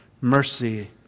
mercy